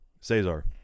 Cesar